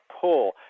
pull